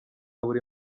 buri